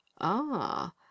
Ah